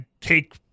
take